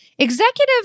Executive